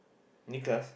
Nicholas